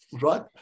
right